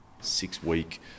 six-week